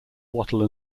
wattle